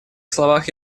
словах